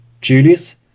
Julius